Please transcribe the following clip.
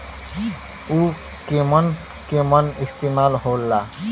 उव केमन केमन इस्तेमाल हो ला?